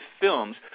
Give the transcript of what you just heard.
films